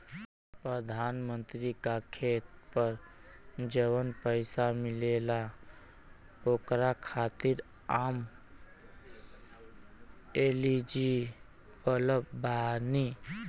प्रधानमंत्री का खेत पर जवन पैसा मिलेगा ओकरा खातिन आम एलिजिबल बानी?